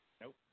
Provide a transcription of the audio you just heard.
Nope